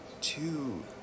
two